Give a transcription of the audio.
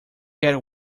get